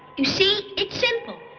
you see? it's simple.